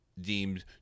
Deemed